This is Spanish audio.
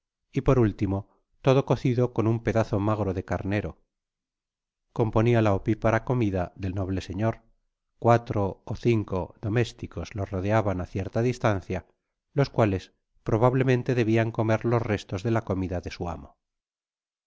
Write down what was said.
y per último todo oocido con un pedazo magro de oaraero componia la opipara comida del noble selor ctaho é cinco domésticos le rodeaban á cierta distaaoia los duales probablemente debian comer tos restos de la comida de su amo